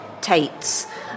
Tate's